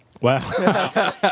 Wow